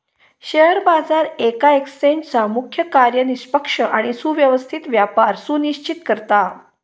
share बाजार येका एक्सचेंजचा मुख्य कार्य निष्पक्ष आणि सुव्यवस्थित व्यापार सुनिश्चित करता